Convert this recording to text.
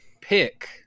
pick